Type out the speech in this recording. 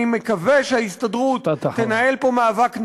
אני מקווה שההסתדרות תנהל פה מאבק נחוש,